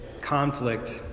conflict